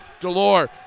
DeLore